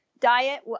diet